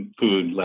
food